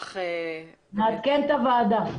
נעדכן את הוועדה.